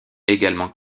également